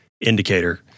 indicator